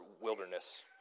wilderness